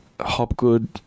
Hopgood